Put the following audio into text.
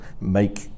make